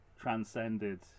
transcended